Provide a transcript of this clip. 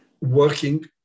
working